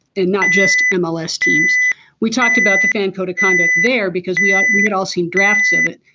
and not just in the last teams we talked about the fan code of conduct there because we ah we all seen drafts of it.